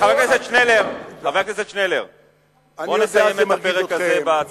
חבר הכנסת שנלר, בוא נסיים את הפרק הזה.